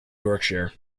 yorkshire